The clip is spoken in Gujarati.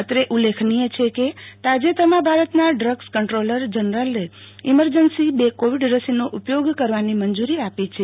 અત્રે ઉલ્લેખનિય છે કે તાજેતરમાં ભારતના ડ્રગ્સ કંટ્રોલર જનરલે ઈમરજન્સી બે કોવિડ રસીનો ઉપયોગ કરવાની મંજૂરી આપી છે